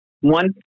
One